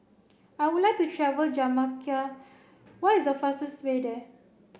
I would like to travel Jamaica what is the fastest way there